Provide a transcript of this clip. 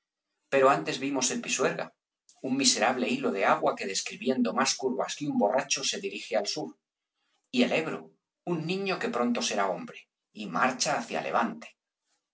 pero antes vimos el pisuerga un miserable hilo de agua que describiendo más curvas que un borracho se dirige al sur y el ebro un niño que pronto será hombre y marcha hacia levante